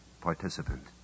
participant